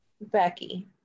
Becky